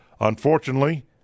unfortunately